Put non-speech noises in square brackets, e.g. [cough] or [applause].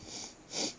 [noise]